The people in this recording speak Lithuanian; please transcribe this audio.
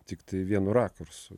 tiktai vienu rakursu